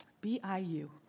B-I-U